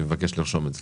אני מבקש לרשום את זה.